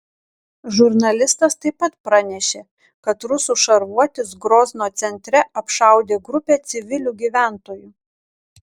žurnalistas taip pat pranešė kad rusų šarvuotis grozno centre apšaudė grupę civilių gyventojų